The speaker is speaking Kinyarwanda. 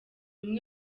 umwe